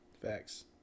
Facts